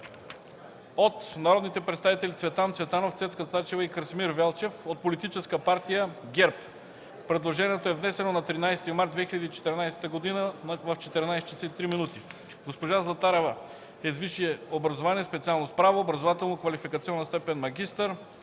от народните представители Цветан Цветанов, Цецка Цачева и Красимир Велчев от Политическа партия ГЕРБ. Предложението е внесено на 13 март 2014 г. в 14,03 ч. Госпожа Златарева е с висше образование, специалност „Право”, образователно-квалификационна степен „магистър”.